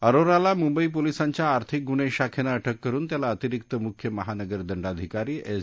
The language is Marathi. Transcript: अरोराला मुंबई पोलिसांच्या आर्थिक गुन्हे शाखेने अटक करून त्याला अतिरिक्त मुख्यमहानगर दंडाधिकारी एस